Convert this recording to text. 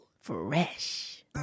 fresh